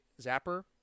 Zapper